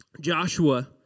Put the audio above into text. Joshua